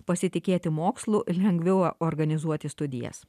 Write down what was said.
pasitikėti mokslu lengviau organizuoti studijas